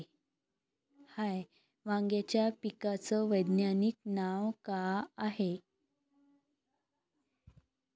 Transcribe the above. वांग्याच्या पिकाचं वैज्ञानिक नाव का हाये?